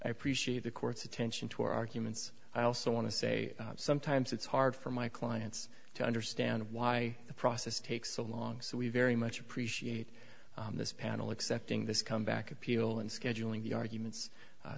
i appreciate the court's attention to our arguments i also want to say sometimes it's hard for my clients to understand why the process takes so long so we very much appreciate this panel accepting this comeback appeal and scheduling the arguments